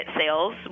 sales